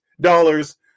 dollars